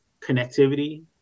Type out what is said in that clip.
connectivity